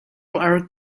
are